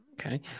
Okay